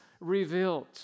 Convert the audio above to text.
revealed